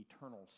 eternal